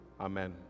Amen